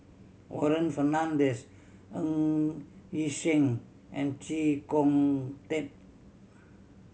Warren Fernandez Ng Yi Sheng and Chee Kong Tet